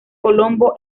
colombo